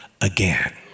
again